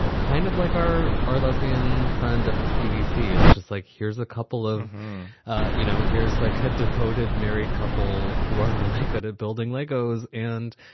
and kind of like our our lesbian friend at the cdc. it's just like, here's a couple of you know, here's like had devoted married couple who are really good at building legos. and,